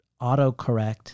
autocorrect